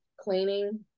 cleaning